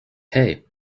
hey